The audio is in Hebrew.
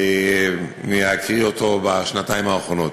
מהכירי אותו בשנתיים האחרונות.